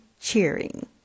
cheering